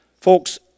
Folks